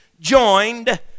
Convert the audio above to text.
joined